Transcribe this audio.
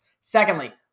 Secondly